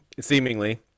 seemingly